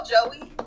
Joey